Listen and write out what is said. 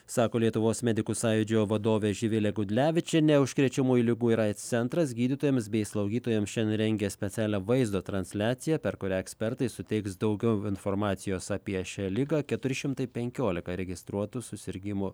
sako lietuvos medikų sąjūdžio vadovė živilė gudlevičienė užkrečiamųjų ligų ir aids centras gydytojams bei slaugytojams šiandien rengia specialią vaizdo transliaciją per kurią ekspertai suteiks daugiau informacijos apie šią ligą keturi šimtai penkiolika registruotų susirgimų